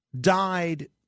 died